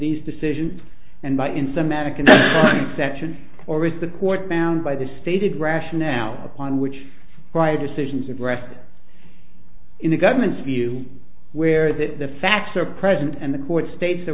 these decisions and by in some american section or is the court bound by the stated rationale upon which right decisions of rest in the government's view where that the facts are present and the court states the